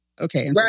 Okay